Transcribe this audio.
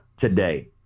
today